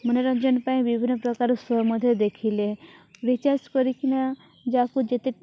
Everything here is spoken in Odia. ମନୋରଞ୍ଜନ ପାଇଁ ବିଭିନ୍ନପ୍ରକାର ସୋ' ମଧ୍ୟ ଦେଖିଲେ ରିଚାର୍ଜ୍ କରିକିନା ଯାହାକୁ ଯେତେ